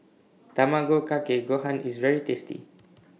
Tamago Kake Gohan IS very tasty